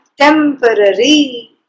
temporary